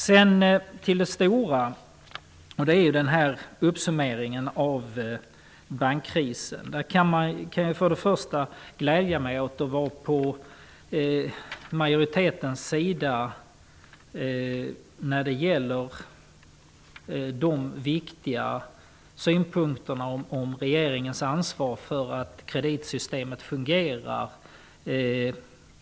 Den stora frågan är regeringens summering av bankkrisen. För det första kan jag glädja mig åt att vara på majoritetens sida när det gäller de viktiga synpunkterna på regeringens ansvar för att kreditsystemet fungerar.